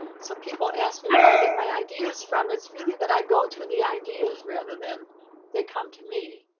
so people ask me where i get my ideas from. it's really that i go to the ideas rather than they come to me.